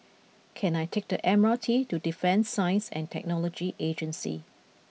can I take the M R T to Defence Science and Technology Agency